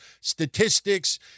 statistics